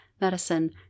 medicine